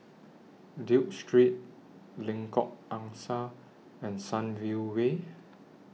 Duke Street Lengkok Angsa and Sunview Way